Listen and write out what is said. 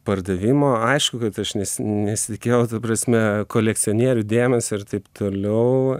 pardavimo aišku kad aš nes nesitikėjau ta prasme kolekcionierių dėmesio ir taip toliau